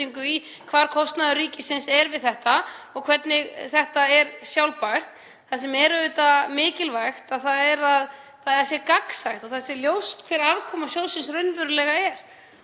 því hver kostnaður ríkisins er við þetta kerfi og hvernig það er sjálfbært? Það sem er auðvitað mikilvægt er að kerfið sé gagnsætt og það sé ljóst hver afkoma sjóðsins raunverulega er.